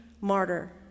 martyr